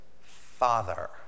father